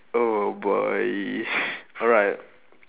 oh boy alright